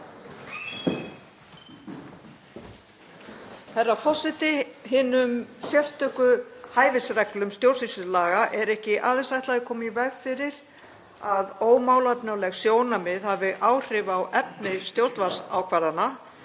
Herra forseti. Hinum sérstöku hæfisreglum stjórnsýslulaga er ekki aðeins ætlað að koma í veg fyrir að ómálefnaleg sjónarmið hafi áhrif á efni stjórnvaldsákvarðana